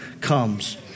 comes